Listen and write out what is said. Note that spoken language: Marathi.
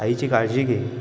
आईची काळजी घे